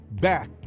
back